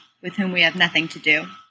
with whom we have nothing to do.